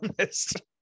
honest